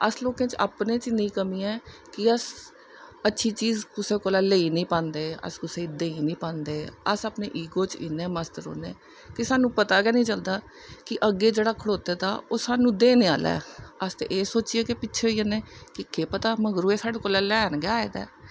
असें लोकें च अपने च इन्नी कमी ऐ कि अस अच्छी चीज कुसै कोला दा लेई नेईं पांदे अस कुसै गी देई नेईं पांदे अस अपनी इगो च इन्ने मस्त रौंह्ने कि सानूं पता गै निं चलदा कि अग्गें जेह्ड़ा खड़ोते दा ओह् सानूं देने आह्ला ऐ अस एह् सोचियै गै पिच्छें होई जन्ने कि केह् पता मगरां एह् साढ़ै कोला दा लैन गै आए दा ऐ